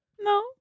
No